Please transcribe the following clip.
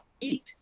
eat